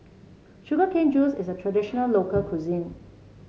Sugar Cane Juice is a traditional local cuisine